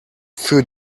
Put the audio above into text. für